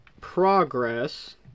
progress